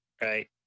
right